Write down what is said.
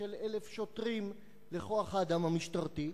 של 1,000 שוטרים בכוח-האדם המשטרתי.